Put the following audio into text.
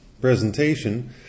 presentation